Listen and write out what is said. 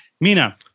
Mina